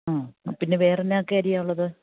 ആ അപ്പോള് പിന്നെ വേറെ എന്തൊക്കെ അരിയാണുള്ളത്